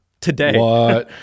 today